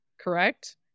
correct